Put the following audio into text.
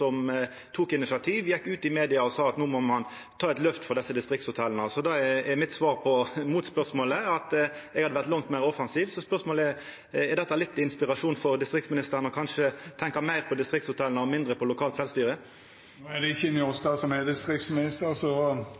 som tok initiativ, gjekk ut i media og sa at no må ein ta eit løft for desse distriktshotella. Det er mitt svar på motspørsmålet, at eg hadde vore langt meir offensiv. Så spørsmålet er: Er dette litt inspirasjon for distriktsministeren, kanskje å tenkja meir på distriktshotella og mindre på lokalt sjølvstyre? No er det ikkje Njåstad som er distriktsminister, så